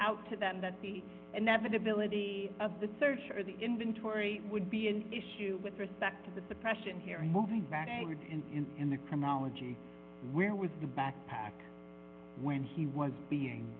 out to them that the inevitability of the search or the inventory would be an issue with respect to the suppression hearing moving back in in the chronology where with the backpack when he was being